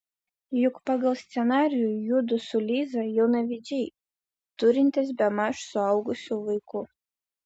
juk pagal scenarijų judu su liza jaunavedžiai turintys bemaž suaugusių vaikų